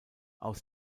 aus